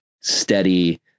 steady